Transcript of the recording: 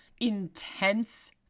intense